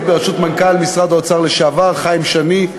בראשות מנכ"ל משרד האוצר לשעבר חיים שני.